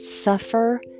suffer